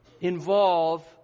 involve